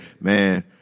Man